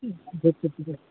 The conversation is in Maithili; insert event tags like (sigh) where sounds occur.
(unintelligible)